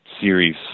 series